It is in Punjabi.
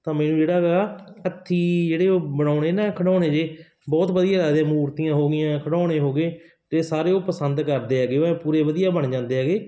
ਤਾਂ ਮੈਨੂੰ ਜਿਹੜਾ ਗਾ ਹੱਥੀ ਜਿਹੜੇ ਉਹ ਬਣਾਉਣੇ ਨਾ ਖਿਡੌਣੇ ਜਿਹੇ ਬਹੁਤ ਵਧੀਆ ਲੱਗਦੇ ਮੂਰਤੀਆਂ ਹੋ ਗਈਆਂ ਖਿਡੌਣੇ ਹੋ ਗਏ ਅਤੇ ਸਾਰੇ ਉਹ ਪਸੰਦ ਕਰਦੇ ਹੈਗੇ ਉਹ ਐਂ ਪੂਰੇ ਵਧੀਆ ਬਣ ਜਾਂਦੇ ਹੈਗੇ